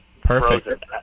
Perfect